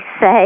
say